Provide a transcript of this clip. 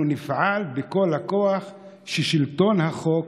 אנחנו נפעל בכל הכוח ששלטון החוק